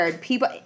people